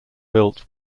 built